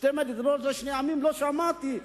שתי מדינות לשני עמים לא שמעתי,